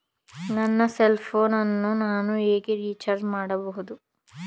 ನನ್ನ cell phone ಅನ್ನು ನಾನು ಹೇಗೆ ರಿಚಾರ್ಜ್ ಮಾಡಬಹುದು?